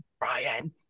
Brian